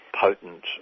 potent